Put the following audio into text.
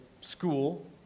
school